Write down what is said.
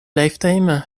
lifetime